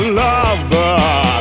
lover